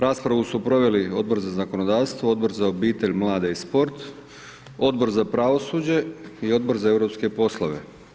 Raspravu su proveli Odbor za zakonodavstvo, Odbor za obitelj, mlade i sport, Odbor za pravosuđe i Odbor za europske poslove.